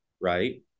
Right